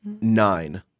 Nine